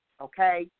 Okay